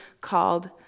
called